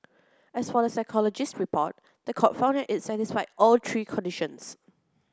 as for the psychologist's report the court found that it satisfied all three conditions